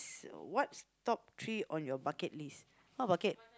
what's top three on your bucket list what bucket